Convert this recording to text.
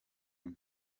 imwe